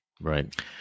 Right